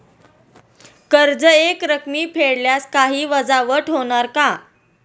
कर्ज एकरकमी फेडल्यास काही वजावट होणार का?